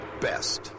best